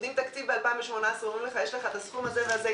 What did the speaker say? נותנים תקציב ב-2018 ואומרים לך: יש לך את הסכום הזה והזה.